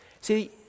See